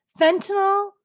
Fentanyl